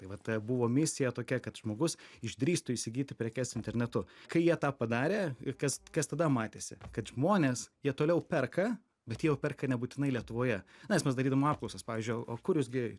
tai va ta buvo misija tokia kad žmogus išdrįstų įsigyti prekes internetu kai jie tą padarė ir kas kas tada matėsi kad žmonės jie toliau perka bet jie jau perka nebūtinai lietuvoje mes mes darydavom apklausas pavyzdžiui o kur jūs gi